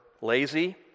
lazy